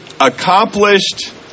accomplished